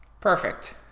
Perfect